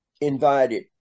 invited